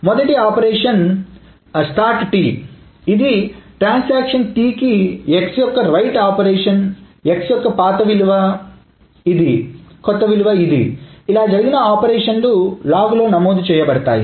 మొదటి operation start startT ఇది transaction T కి X యొక్క రైట్ ఆపరేషన్ X యొక్క పాత విలువ ఇది కొత్త విలువ ఇది ఇలా జరిగిన ఆపరేషన్లు లాగ్ లోనమోదు చేయబడతాయి